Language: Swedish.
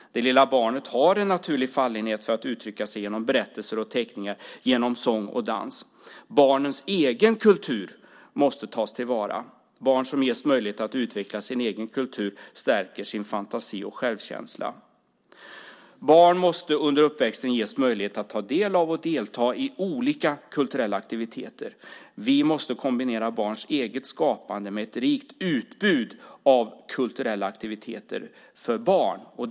Det lilla barnet har en naturlig fallenhet för att uttrycka sig genom berättelser och teckningar, genom sång och dans. Barnens egen kultur måste tas till vara. Barn som ges möjlighet att utveckla sin egen kultur stärker sin fantasi och självkänsla. Barn måste under uppväxten ges möjlighet att ta del av och delta i olika kulturella aktiviteter. Vi måste se till att barns eget skapande kombineras med ett rikt utbud av kulturella aktiviteter för barn.